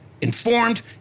informed